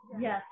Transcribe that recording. yes